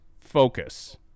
focus